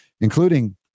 including